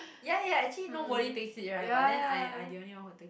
ya ya actually nobody takes it right but then I I the only one who take it